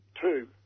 Two